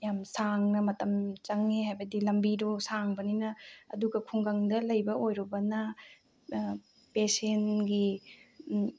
ꯌꯥꯝ ꯁꯥꯡꯅ ꯃꯇꯝ ꯆꯪꯉꯦ ꯍꯥꯏꯕꯗꯤ ꯂꯝꯕꯤꯗꯣ ꯁꯥꯡꯕꯅꯤꯅ ꯑꯗꯨꯒ ꯈꯨꯡꯒꯪꯗ ꯂꯩꯕ ꯑꯣꯏꯔꯨꯕꯅ ꯄꯦꯁꯦꯟꯒꯤ